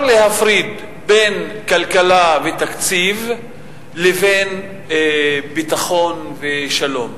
להפריד בין כלכלה ותקציב לבין ביטחון ושלום.